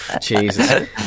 Jesus